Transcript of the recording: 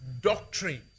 doctrines